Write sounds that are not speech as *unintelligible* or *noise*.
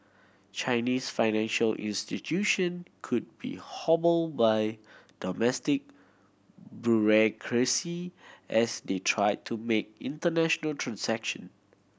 Chinese financial institution could be hobbled by domestic *unintelligible* as they try to make international transaction